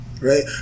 right